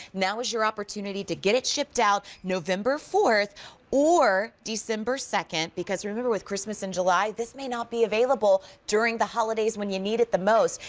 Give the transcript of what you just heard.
now is your opportunity to get it shipped out november fourth or december second. remember, with christmas in july, this may not be available during the holidays when you need it the most.